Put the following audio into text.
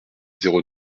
zéro